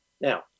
Now